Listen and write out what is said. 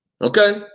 Okay